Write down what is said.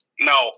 No